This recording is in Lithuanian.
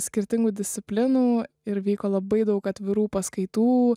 skirtingų disciplinų ir vyko labai daug atvirų paskaitų